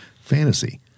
fantasy